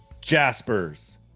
Jaspers